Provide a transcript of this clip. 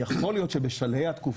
יכול להיות שבשלהי התקופה,